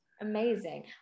amazing